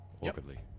awkwardly